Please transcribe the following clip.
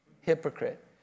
Hypocrite